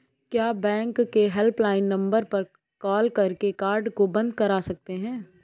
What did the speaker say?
क्या बैंक के helpline number पर कॉल करके कार्ड को बंद करा सकते हैं?